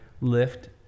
lift